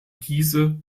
diese